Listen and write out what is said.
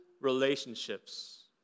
relationships